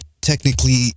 technically